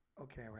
Okay